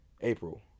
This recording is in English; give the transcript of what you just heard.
April